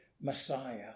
Messiah